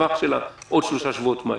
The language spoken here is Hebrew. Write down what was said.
לטווח של עוד שלושה שבועות מהיום.